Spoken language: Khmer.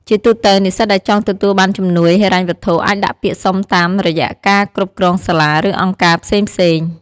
ជាទូទៅ និស្សិតដែលចង់ទទួលបានជំនួយហិរញ្ញវត្ថុអាចដាក់ពាក្យសុំតាមរយៈការគ្រប់គ្រងសាលា ឬអង្គការផ្សេងៗ។